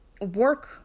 work